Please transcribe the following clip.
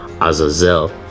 Azazel